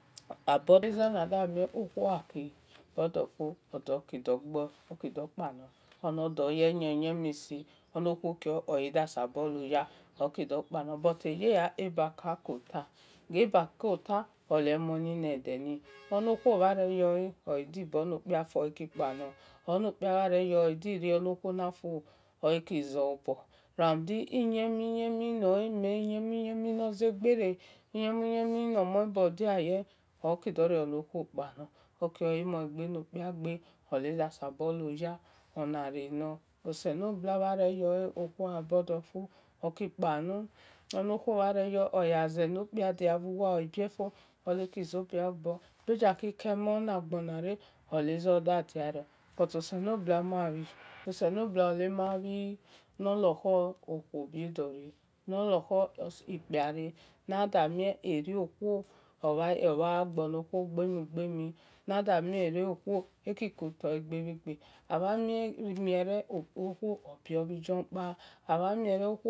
aborisena-na mie okhuo ghi ki bodo fo odo ki do gbo oki de kpa odo ye-ye uyiemie si onokhuo ki yo wel kisabo loya okpale but eyela ebaka ole ebako to ole emho nedeni onokhuo mhan re yo ogha bono kpia fo ole ki kpalo ono kpu bhu wel oki bo no khuo fo oki kpalo rande uyemi yemi noi meh noki zegbere uyemi yemi nomue bo diaye oki dor rie nokhuo kpalor okiyor olemhen ghe nor nor kpia gbe ole da sabo loya oselobu bha yo ghe okhuo gha bodo fo oki kpalo ono-kuo bha re-yo olegha ye lolokpia dia wuwa oghi kpalor bhe ba-ki ke mhon na-gbon re oleze oda diario but oselobu ma bhi oselobua ma-bhi no rio khor nor so si kpia re-nada mie eriowo owagha gbe-nokuo ugbe-mhi ugbemhi eki ko-tobhegbe abha mie wel okhu bie bhi jor kpa abha mie ghe okhu